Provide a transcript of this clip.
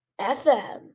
FM